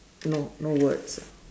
no no words